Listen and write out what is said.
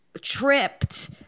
tripped